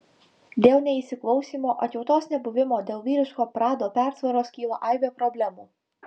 dėl neįsiklausymo atjautos nebuvimo dėl vyriško prado persvaros kyla aibė problemų